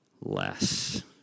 less